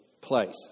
place